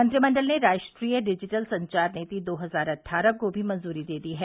मंत्रिमंडल ने राष्ट्रीय डिजिटल संचार नीति दो हजार अट्ठारह को भी मंजूरी दे दी है